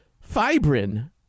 fibrin